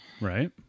Right